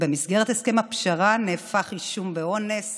ובמסגרת הסכם הפשרה, נהפך אישום באונס